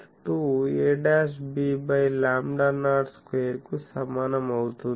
2 ab by lambda naught square కు సమానం అవుతుంది